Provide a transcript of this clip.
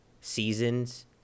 seasons